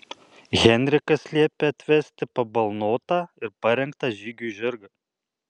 henrikas liepia atvesti pabalnotą ir parengtą žygiui žirgą